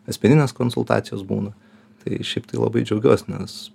asmeninės konsultacijos būna tai šiaip tai labai džiaugiuos nes